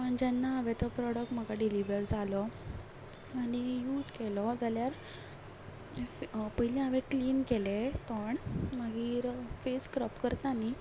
पण जेन्ना हांवें तो प्रोडक्ट म्हाका डिलीवर जालो आनी यूज केलो जाल्यार पयलीं हांवें क्लीन केलें तोंड मागीर फेस स्क्रब करता न्ही